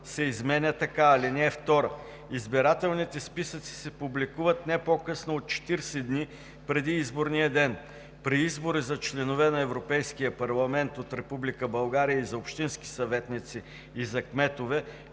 се изменя така: „(2) Избирателните списъци се публикуват не по-късно от 40 дни преди изборния ден. При избора за членове на Европейския парламент от Република България и за общински съветници и за кметове